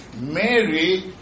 Mary